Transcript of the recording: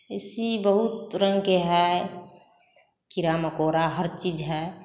इसी बहुत रंग के हैं कीड़ा मकोड़ा हर चीज़ है